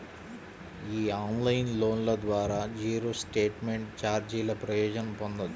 ఈ ఆన్లైన్ లోన్ల ద్వారా జీరో స్టేట్మెంట్ ఛార్జీల ప్రయోజనం పొందొచ్చు